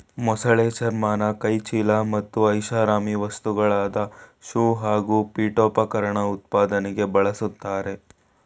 ಮೊಸಳೆ ಚರ್ಮನ ಕೈಚೀಲ ಮತ್ತು ಐಷಾರಾಮಿ ವಸ್ತುಗಳಾದ ಶೂ ಹಾಗೂ ಪೀಠೋಪಕರಣ ಉತ್ಪಾದನೆಗೆ ಬಳುಸ್ತರೆ